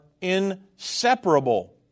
inseparable